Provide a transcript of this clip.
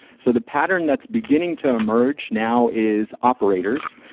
so the pattern that's beginning to emerge now is operators.